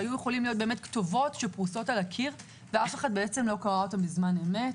שהיו יכולות להיות כתובות שפרוסות על הקיר ואף אחד לא קרה אותן בזמן אמת